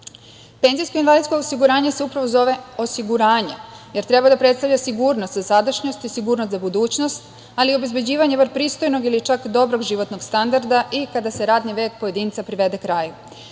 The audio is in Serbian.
dani. Penzijsko i invalidsko osiguranje se upravo zove osiguranje jer treba da predstavlja sigurnost sa sadašnjosti i sigurnost za budućnost, ali i obezbeđivanje bar pristojnog ili čak dobrog životnog standarda i kada se radni vek pojedinca privede kraju. Takva